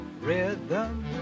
Rhythm